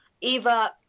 Eva